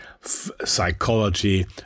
psychology